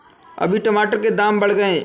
अभी टमाटर के दाम बढ़ गए